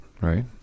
Right